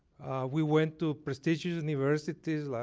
we went to prestigious universities, like